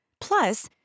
Plus